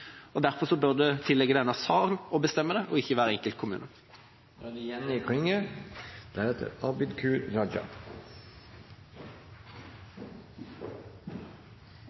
Derfor bør det ligge til denne sal å bestemme det, ikke hver enkelt kommune.